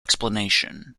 explanation